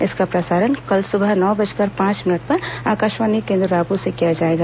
इसका प्रसारण कल सुबह नौ बजकर पांच मिनट पर आकाशवाणी केन्द्र रायपुर से किया जाएगा